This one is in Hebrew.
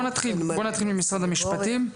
נתחיל עם משרד המשפטים.